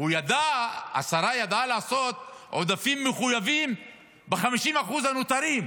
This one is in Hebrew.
השרה ידעה לעשות עודפים מחויבים ב-50% הנותרים,